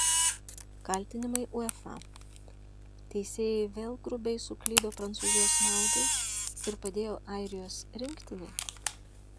kaltinimai uefa teisėjai vėl grubiai suklydo prancūzijos naudai ir padėjo airijos rinktinei